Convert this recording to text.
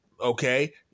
Okay